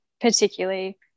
particularly